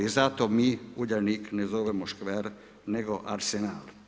Zato mi Uljanik ne zovemo škver nego arsenal.